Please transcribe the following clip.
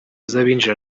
z’abinjira